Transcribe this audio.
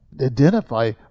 identify